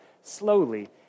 slowly